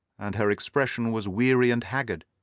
and her expression was weary and haggard.